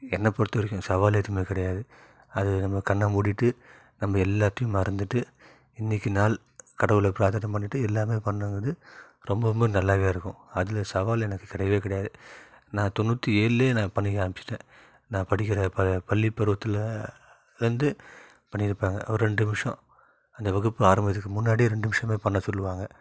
என்னை பொறுத்தவரைக்கும் சவால் எதுவுமே கிடையாது அது நம்ம கண்ணை மூடிகிட்டு நம்ப எல்லாத்தையும் மறந்துவிட்டு இன்றைக்கி நாள் கடவுளை பிராத்தனை பண்ணிட்டு எல்லாமே பண்ணுங்கிறது ரொம்ப ரொம்ப நல்லாவேயிருக்கும் அதில் சவால் எனக்கு கிடையவே கிடையாது நான் தொண்ணூற்றி ஏழ்லயே நான் பண்ணிக்க ஆரமிச்சுட்டேன் நான் படிக்கிற ப பள்ளிப்பருவத்துலிருந்து பண்ணியிருப்பேங்க ஒரு ரெண்டு நிமிஷம் அந்த வகுப்பு ஆரமிக்கிறதுக்கு முன்னாடி ரெண்டு நிமிஷம் பண்ண சொல்வாங்க